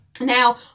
now